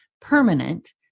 permanent